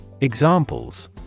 Examples